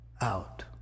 out